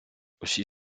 усі